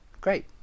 Great